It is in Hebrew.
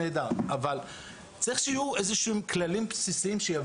יש גם אחוז של האוכלוסייה שלא